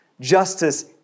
justice